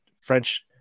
French